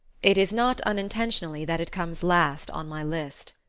it is not unintentionally that it comes last on my list.